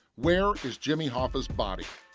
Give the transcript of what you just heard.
where is jimmy hoffa's body?